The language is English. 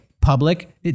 public